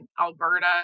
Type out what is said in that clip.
Alberta